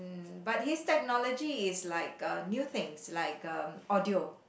mm but his technology is like uh new things like um audio